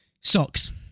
Socks